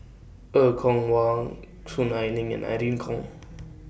Er Kwong Wah Soon Ai Ling and Irene Khong